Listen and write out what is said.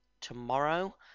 tomorrow